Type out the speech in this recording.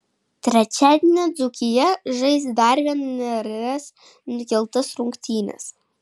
trečiadienį dzūkija žais dar vienerias nukeltas rungtynes